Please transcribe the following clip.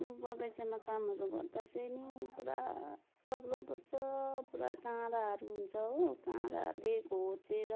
बगैँचामा कामहरू गर्दा चाहिँ नि पुरा प्रब्लम पर्छ पुरा काँडाहरू हुन्छ हो काँडाहरूले घोचेर